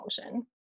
emotion